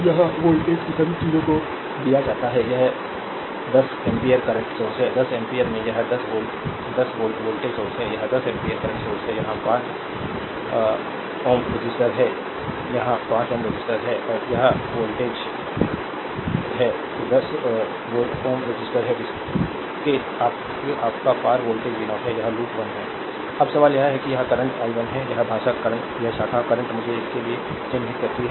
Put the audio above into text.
यह वोल्टेज सभी चीजों को दिया जाता है यह 10 एम्पीयर करंट सोर्स है 10 एम्पीयर में यहां 10 वोल्ट 10 वोल्ट वोल्टेज सोर्स है एक 10 एम्पीयर करेंट सोर्स है यहाँ 5 here रेसिस्टर है यहाँ 5 here रेसिस्टर है और यह वोल्टेज Ω 10 रेसिस्टर है जिसके आपका पार वोल्टेज v0 है यह लूप वन है अब सवाल यह है कि यह करंट i 1 है यह शाखा करंट मुझे इसके लिए चिह्नित करती है